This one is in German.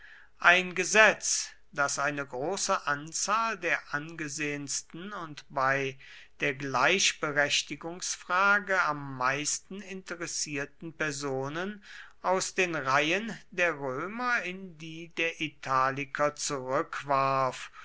ein gesetz das eine große anzahl der angesehensten und bei der gleichberechtigungsfrage am meisten interessierten personen aus den reihen der römer in die der italiker zurückwarf